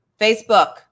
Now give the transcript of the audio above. Facebook